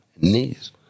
knees